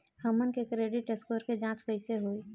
हमन के credit score के जांच कैसे होइ?